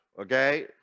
okay